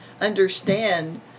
understand